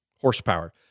horsepower